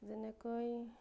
যেনেকৈ